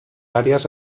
àrees